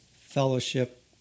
Fellowship